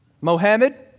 Mohammed